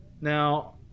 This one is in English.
Now